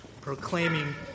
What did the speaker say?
proclaiming